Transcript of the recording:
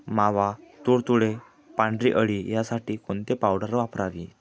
मावा, तुडतुडे, पांढरी अळी यासाठी कोणती पावडर वापरावी?